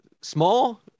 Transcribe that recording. small